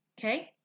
okay